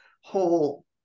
whole